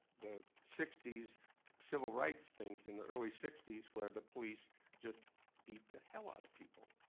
the sixty s civil rights things, in the early sixty where the police just beat the hell out of people.